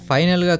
Final